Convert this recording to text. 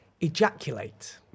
ejaculate